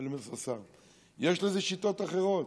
ואני אומר לשר: יש לזה שיטות אחרות.